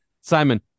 Simon